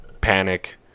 panic